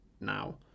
now